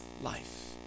life